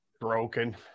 broken